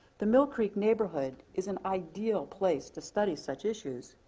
the mill creek neighborhood is an ideal place to study such issues.